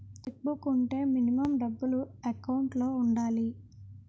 Check book వుంటే minimum డబ్బులు account లో ఉండాలి?